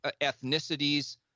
ethnicities